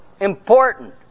Important